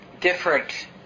different